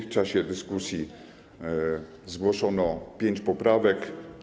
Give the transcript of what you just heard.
W czasie dyskusji zgłoszono 5 poprawek.